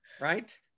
Right